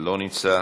אינו נוכח,